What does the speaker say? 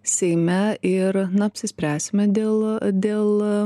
seime ir na apsispręsime dėl dėl